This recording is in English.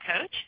coach